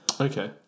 Okay